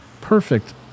perfect